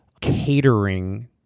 catering